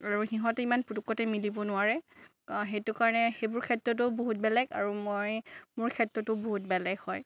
আৰু সিহঁতে ইমান পুটুকতে মিলিব নোৱাৰে সেইটো কাৰণে সেইবোৰ ক্ষেত্ৰতো বহুত বেলেগ আৰু মই মোৰ ক্ষেত্ৰতো বহুত বেলেগ হয়